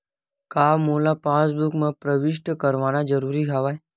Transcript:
का मोला पासबुक म प्रविष्ट करवाना ज़रूरी हवय?